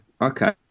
okay